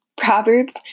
Proverbs